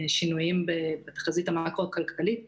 שינויים בחזית המקרו הכלכלית